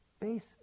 base